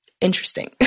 interesting